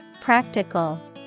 Practical